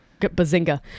bazinga